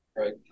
Right